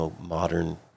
modern